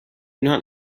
not